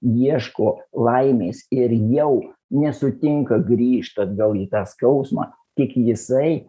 ieško laimės ir jau nesutinka grįžt atgal į tą skausmą tik jisai